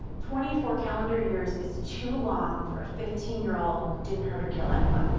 twenty four calendar years is too long for a fifteen year old who didn't hurt or kill anyone.